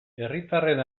herritarren